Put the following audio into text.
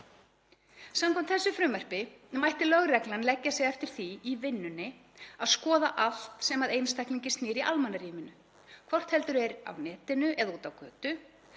Samkvæmt þessu frumvarpi mætti lögreglan leggja sig eftir því, í vinnunni, að skoða allt sem að einstaklingi snýr í almannarýminu, hvort heldur er á netinu eða úti á götu,